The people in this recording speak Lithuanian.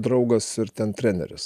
draugas ir ten treneris